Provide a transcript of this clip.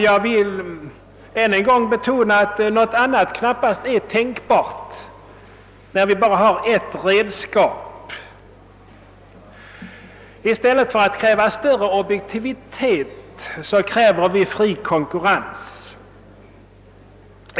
Jag vill än en gång betona att något annat knappast är tänkbart när vi bara har ett redskap. I stället för att kräva större objektivitet kräver vi fri konkurrens.